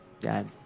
Dad